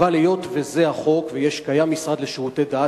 אבל היות שזה החוק וקיים משרד לשירותי דת,